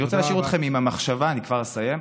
אני כבר אסיים.